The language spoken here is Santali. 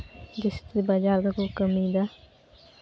ᱡᱟᱹᱥᱛᱤ ᱵᱟᱡᱟᱨ ᱨᱮᱠᱚ ᱠᱟᱹᱢᱤᱭᱫᱟ